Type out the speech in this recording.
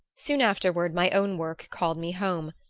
soon afterward my own work called me home,